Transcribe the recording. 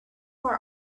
our